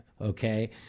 Okay